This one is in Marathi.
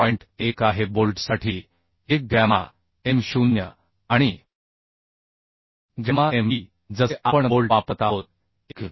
1 आहे बोल्टसाठी 1 गॅमा M 0 आणि गॅमा Mb जसे आपण बोल्ट वापरत आहोत 1